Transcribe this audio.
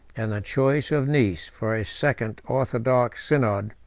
and the choice of nice for a second orthodox synod,